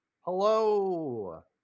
hello